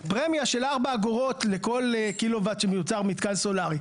פרמיה של ארבע אגורות לכל קילוואט שמיוצר במתקן סולרי.